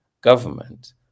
government